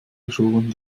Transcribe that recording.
geschoren